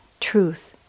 truth